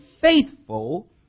faithful